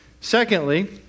Secondly